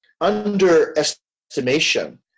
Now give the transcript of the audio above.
underestimation